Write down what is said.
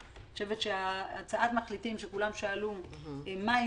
אני חושבת שהצעת המחליטים שכולם שאלו מה היא,